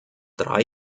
drei